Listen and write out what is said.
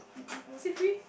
was it free